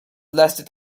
lasted